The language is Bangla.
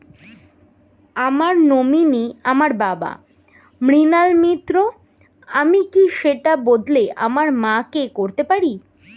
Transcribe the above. আমার নমিনি আমার বাবা, মৃণাল মিত্র, আমি কি সেটা বদলে আমার মা কে করতে পারি?